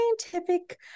scientific